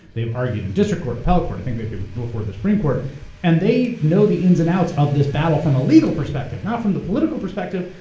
they've argued in district court, appellate court, i think they'd been before the supreme court and they know the ins and outs of this battle from a legal perspective, not from the political perspective,